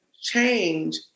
change